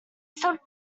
stood